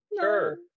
Sure